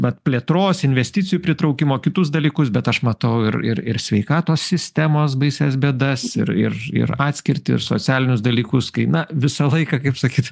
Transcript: vat plėtros investicijų pritraukimo kitus dalykus bet aš matau ir ir ir sveikatos sistemos baisias bėdas ir ir ir atskirtį socialinius dalykus kai na visą laiką kaip sakyt